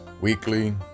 weekly